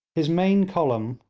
his main column,